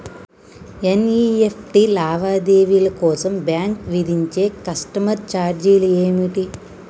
NEFT లావాదేవీల కోసం bank విధించే కస్టమర్ ఛార్జీలు ఏమిటి?